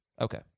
okay